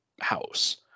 house